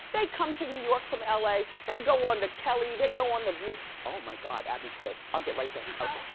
they come to new york from la, they go on the kelly, they go on the view. oh my god abby quit. i'll get right there.